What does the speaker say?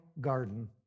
garden